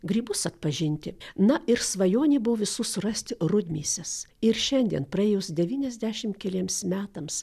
grybus atpažinti na ir svajonė buvo visų surasti rudmėses ir šiandien praėjus devyniasdešim keliems metams